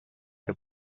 che